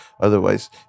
otherwise